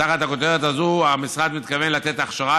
תחת הכותרת הזאת המשרד מתכוון לתת הכשרה